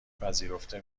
پذیرفته